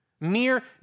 Mere